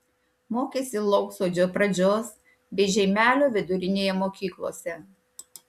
mokėsi lauksodžio pradžios bei žeimelio vidurinėje mokyklose